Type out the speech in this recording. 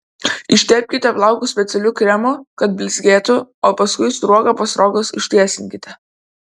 ištepkite plaukus specialiu kremu kad blizgėtų o paskui sruoga po sruogos ištiesinkite